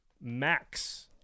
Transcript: Max